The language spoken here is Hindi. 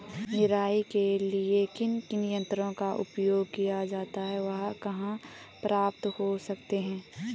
निराई के लिए किन किन यंत्रों का उपयोग किया जाता है वह कहाँ प्राप्त हो सकते हैं?